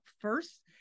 first